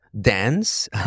dance